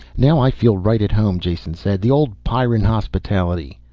now i feel right at home, jason said. the old pyrran hospitality.